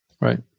right